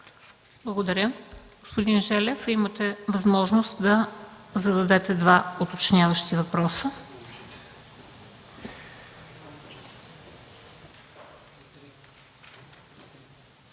Благодаря. Господин Желев, имате възможност да зададете два уточняващи въпроса.